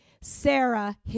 Sarah